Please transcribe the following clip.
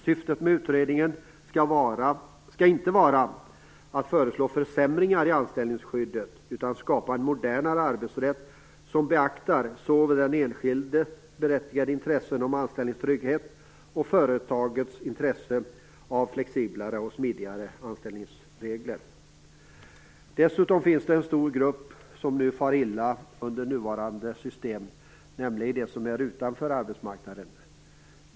Syftet med utredningen skall inte vara att föreslå försämringar i anställningsskyddet utan att skapa en modernare arbetsrätt, som beaktar såväl den enskildes berättigade intresse av anställningstrygghet som företagets intresse av flexiblare och smidigare anställningsregler. Dessutom finns det en stor grupp som nu far illa under nuvarande system, nämligen de som är utanför arbetsmarknaden.